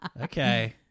Okay